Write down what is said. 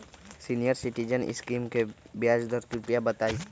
senior citizen scheme के ब्याज दर कृपया बताईं